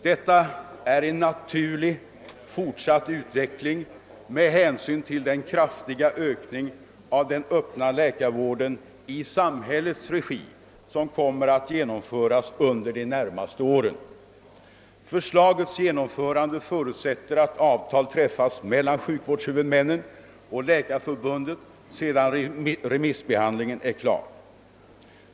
Detta är en naturlig fortsatt utveckling med hänsyn till den kraftiga ökning av den öppna läkarvården i samhällets regi som kommer att genomföras under de närmaste åren. Förslagets genomförande förutsätter att avtal träffas mellan sjukvårdshuvudmännen och Läkarförbundet sedan remissbehandlingen är klar.